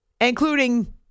including